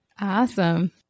Awesome